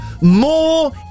more